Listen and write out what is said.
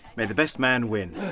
may the best man win.